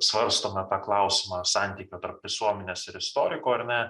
svarstome tą klausimą santykio tarp visuomenės ir istoriko ar ne